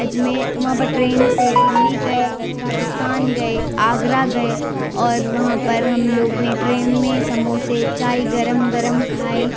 اجمیر وہاں پر ٹرین سے دلی گئے راجستھان گئے آگرہ گئے اور وہاں پر ہم لوگ نے ٹرین میں سموسے چائے گرم گرم کھائے